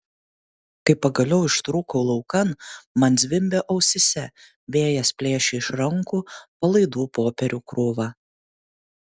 kai pagaliau ištrūkau laukan man zvimbė ausyse vėjas plėšė iš rankų palaidų popierių krūvą